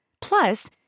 Plus